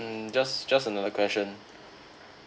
mm just just another question